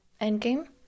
Endgame